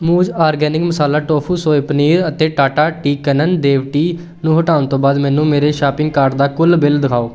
ਮੂਜ organic masala tofu soy paneer ਅਤੇ Tata tea Kannan Dev tea ਨੂੰ ਹਟਾਉਣ ਤੋਂ ਬਾਅਦ ਮੈਨੂੰ ਮੇਰੇ ਸ਼ਾਪਿੰਗ ਕਾਰਟ ਦਾ ਕੁੱਲ ਬਿੱਲ ਦਿਖਾਓ